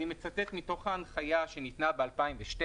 אני מצטט מתוך ההנחיה שניתנה ב-2012,